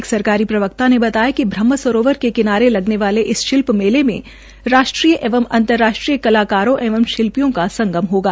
एक सरकारी प्रवक्ता ने बताया कि ब्रह्म सरोवर के किनारे लगने वाले इस शिल्प मेला में राष्ट्रीय एवं अंतर्राष्ट्रीय कलाकारों एवं शिल्पियों का संगम होगा